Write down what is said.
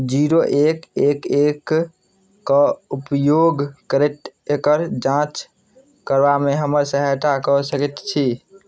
zero एक एक एक कऽ उपयोग करैत एकर जाँच करबामे हमर सहायता कऽ सकैत छी